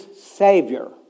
Savior